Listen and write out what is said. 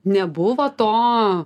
nebuvo to